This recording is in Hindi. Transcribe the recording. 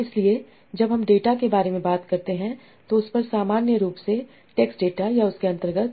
इसलिए जब हम डेटा के बारे में बात करते हैं तो उस पर सामान्य रूप से टेक्स्ट डेटा या उसके अंतर्गत